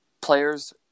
players